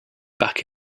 back